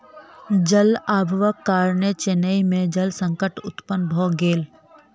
जल अभावक कारणेँ चेन्नई में जल संकट उत्पन्न भ गेल